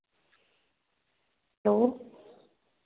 hello